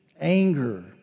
anger